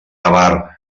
avar